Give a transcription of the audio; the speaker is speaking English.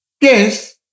Yes